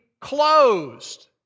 closed